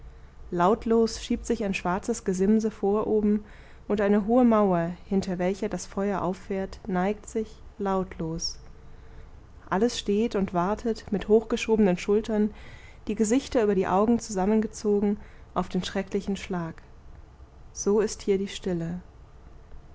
lautlos schiebt sich ein schwarzes gesimse voroben und eine hohe mauer hinter welcher das feuer auffährt neigt sich lautlos alles steht und wartet mit hochgeschobenen schultern die gesichter über die augen zusammengezogen auf den schrecklichen schlag so ist hier die stille